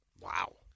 Wow